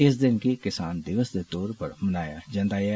इस दिन गी किसान दिवस दे तौर पर मनाया जंदा ऐ